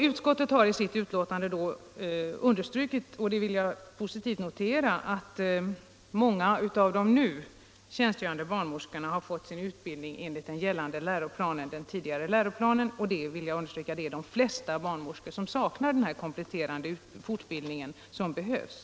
Utskottet har i sitt betänkande understrukit — och det vill jag positivt notera — att många av de nu tjänstgörande barnmorskorna har fått sin utbildning enligt den tidigare gällande läroplanen, och jag vill understryka att de flesta barnmorskor saknar den kompletterande fortbildning som behövs.